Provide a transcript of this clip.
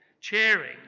cheering